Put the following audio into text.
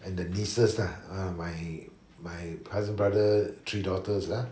and the nieces lah my my cousin brother three daughters ya